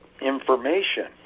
information